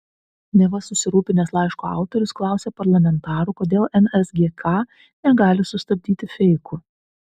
neva susirūpinęs laiško autorius klausė parlamentarų kodėl nsgk negali sustabdyti feikų